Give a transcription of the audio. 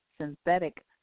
synthetic